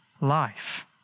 life